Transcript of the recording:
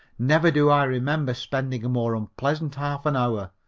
never do i remember spending a more unpleasant half an hour.